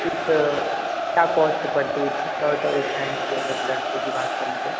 जी sir क्या cost पड़ती है एक शर्ट और एक पैन्ट की अगर लड़के की बात करुँ तो